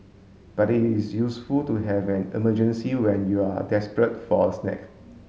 but it is useful to have an emergency when you are desperate for a snack